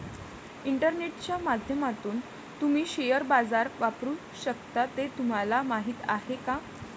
इंटरनेटच्या माध्यमातून तुम्ही शेअर बाजार वापरू शकता हे तुम्हाला माहीत आहे का?